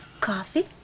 Coffee